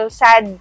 sad